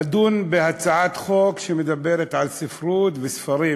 בהצעת חוק שמדברת על ספרות וספרים.